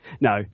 No